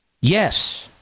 Yes